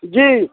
जी